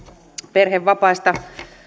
perhevapaista